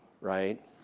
right